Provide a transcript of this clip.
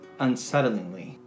unsettlingly